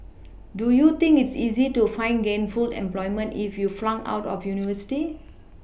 do you think it's easy to find gainful employment if you flunked out of university